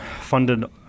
funded